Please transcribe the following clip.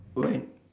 when